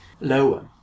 lower